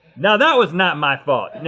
now that was not my fault. and